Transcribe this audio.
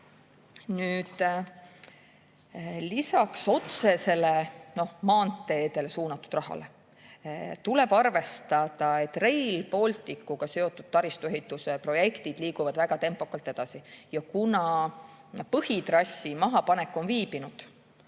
Lisaks otseselt maanteedele suunatud rahale tuleb arvestada, et Rail Balticuga seotud taristuehituse projektid liiguvad väga tempokalt edasi. Kuna põhitrassi mahapanek on viibinud,